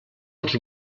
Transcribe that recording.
els